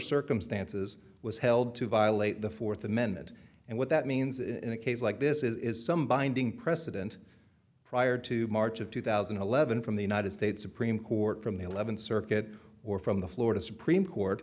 circumstances was held to violate the fourth amendment and what that means in a case like this is some binding precedent prior to march of two thousand and eleven from the united states in court from the eleventh circuit or from the florida supreme court